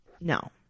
no